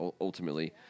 ultimately